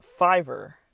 Fiverr